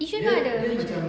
yishun pun ada